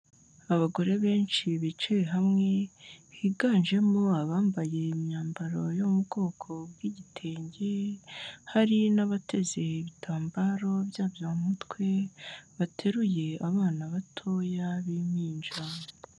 Abagore benshi bicaye hamwe, higanjemo abambaye imyambaro yo mu bwoko bw'igitenge, hari n'abateze ibitambaro byabyo mu mutwe, bateruye abana batoya b'impinja.